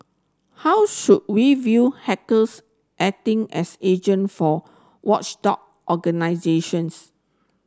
how should we view hackers acting as agent for watchdog organisations